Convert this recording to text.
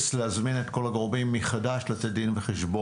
להזמין את כל הגורמים מחדש כדי לתת לכנסת דין וחשבון.